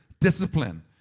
Discipline